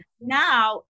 Now